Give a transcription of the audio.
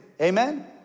Amen